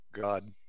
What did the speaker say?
God